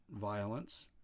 violence